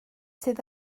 sydd